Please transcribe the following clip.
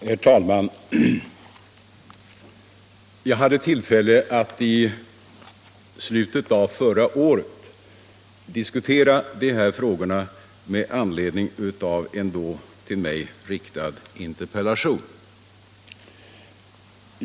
Herr talman! I slutet av förra året hade jag tillfälle att diskutera dessa frågor i anledning av en till mig riktad interpellation.